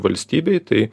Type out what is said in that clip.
valstybei tai